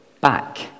back